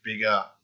bigger